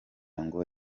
ngo